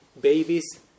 babies